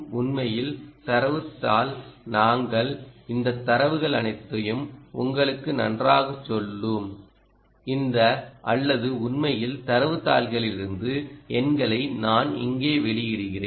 உண்மையில் தரவுத் தாள் நாங்கள் இந்த தரவுகள் அனைத்தையும் உங்களுக்கு நன்றாகச் சொல்லும் இந்த அல்லது உண்மையில் தரவுத் தாள்களிலிருந்து எண்களை நான் இங்கே வெளியிடுகிறேன்